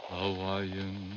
Hawaiian